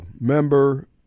member